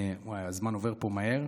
וואו, הזמן עובר פה מהר,